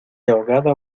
ahogada